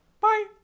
Bye